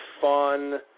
fun